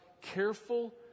careful